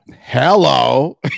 Hello